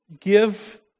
give